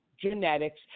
genetics